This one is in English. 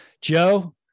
Joe